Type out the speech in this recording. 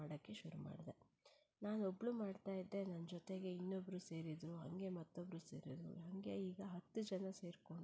ಮಾಡೋಕ್ಕೆ ಶುರು ಮಾಡಿದೆ ನಾನು ಒಬ್ಬಳು ಮಾಡ್ತಾ ಇದ್ದೆ ನನ್ನ ಜೊತೆಗೆ ಇನ್ನೊಬ್ಬರು ಸೇರಿದರು ಹಾಗೆ ಮತ್ತೊಬ್ಬರು ಸೇರಿದರು ಹಾಗೆ ಈಗ ಹತ್ತು ಜನ ಸೇರಿಕೊಂಡು